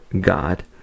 God